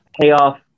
payoff